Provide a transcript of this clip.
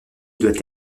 doit